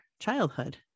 childhood